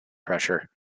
pressure